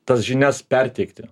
tas žinias perteikti